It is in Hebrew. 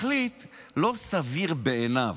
מחליט: לא סביר בעיניו.